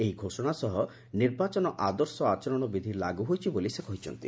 ଏହି ଘୋଷଣା ସହ ନିର୍ବାଚନ ଆଦର୍ଶ ଆଚରଣବିଧି ଲାଗୁ ହୋଇଛି ବୋଲି ସେ କହିଛନ୍ତି